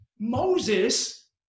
Moses